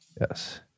Yes